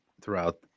throughout